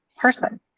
person